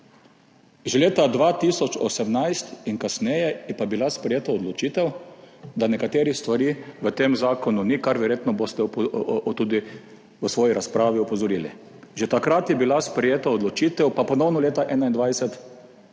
že leta 2018 in kasneje je bila sprejeta odločitev, da nekaterih stvari v tem zakonu ni, kar boste verjetno tudi opozorili v svoji razpravi. Že takrat je bila sprejeta odločitev, pa ponovno leta 2021,